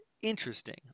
interesting